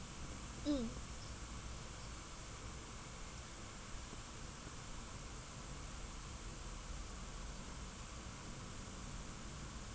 mm